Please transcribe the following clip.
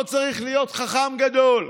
לא צריך להיות חכם גדול,